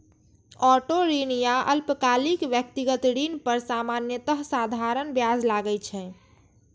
auto ऋण या अल्पकालिक व्यक्तिगत ऋण पर सामान्यतः साधारण ब्याज लागै छै